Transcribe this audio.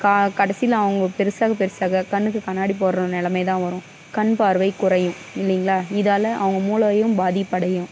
கடைசியில் அவங்க பெருசாக பெருசாக கண்ணுக்கு கண்ணாடி போடுகிற நிலமைதான் வரும் கண் பார்வை குறையும் இல்லைங்களா இதாலே அவங்க மூளையும் பாதிப்பு அடையும்